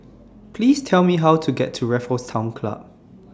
Please Tell Me How to get to Raffles Town Club